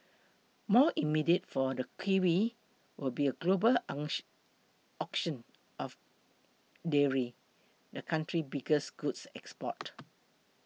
more immediate for the kiwi will be a global auction of dairy the country biggest goods export